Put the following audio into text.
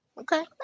Okay